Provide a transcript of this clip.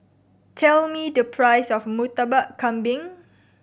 tell me the price of Murtabak Kambing